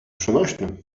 przenośnym